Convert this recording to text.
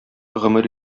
гомер